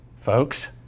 folks